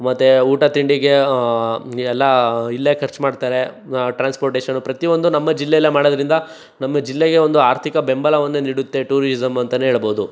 ಮತ್ತೆ ಊಟ ತಿಂಡಿಗೆ ಎಲ್ಲ ಇಲ್ಲೇ ಖರ್ಚು ಮಾಡ್ತಾರೆ ಟ್ರಾನ್ಸ್ಪೋರ್ಟೆಷನ್ನು ಪ್ರತಿಯೊಂದು ನಮ್ಮ ಜಿಲ್ಲೆಯಲ್ಲೇ ಮಾಡೋದ್ರಿಂದ ನಮ್ಮ ಜಿಲ್ಲೆಗೆ ಒಂದು ಅರ್ಥಿಕ ಬೆಂಬಲವನ್ನು ನೀಡುತ್ತೆ ಟೂರಿಸಂ ಅಂತಲೇ ಹೇಳಬಹುದು